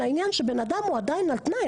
לעניין שבן אדם הוא עדיין על תנאי?